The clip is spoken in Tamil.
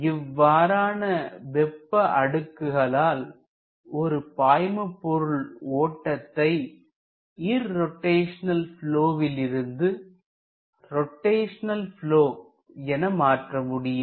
இவ்வாறான வெப்ப அடுக்குகளால் ஒரு பாய்மபொருள் ஓட்டத்தை இர்ரோட்டைஷனல் ப்லொவில் இருந்து ரோட்டைஷனல் ப்லொ என மாற்ற முடியும்